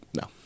No